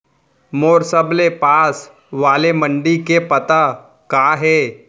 मोर सबले पास वाले मण्डी के पता का हे?